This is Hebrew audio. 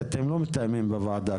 אתם לא מתאמים בוועדה,